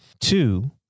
Two